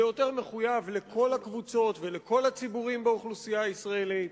ליותר מחויב לכל הקבוצות ולכל הציבורים באוכלוסייה הישראלית,